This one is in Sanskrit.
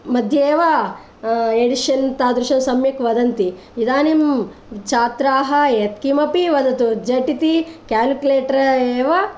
मध्ये एव एडिशन् तादृशं सम्यक् वदन्ति इदानीं छात्राः यत् किमपि वदतु झटिति क्याल्क्कुलेट्टर् एव